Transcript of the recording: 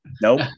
Nope